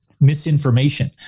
misinformation